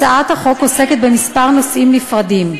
הצעת החוק עוסקת בכמה נושאים נפרדים.